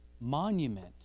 monument